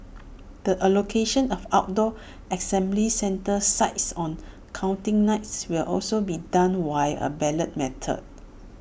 the allocation of outdoor assembly centre sites on counting night will also be done via A ballot method